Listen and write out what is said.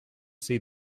see